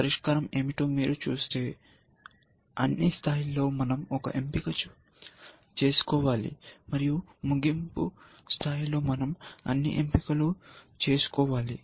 పరిష్కారం ఏమిటో మీరు చూస్తే అన్ని స్థాయిలో మనం ఒక ఎంపిక చేసుకోవాలి మరియు ముగింపు స్థాయిలో మనం అన్ని ఎంపికలు చేసుకోవాలి